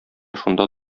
шунда